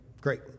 Great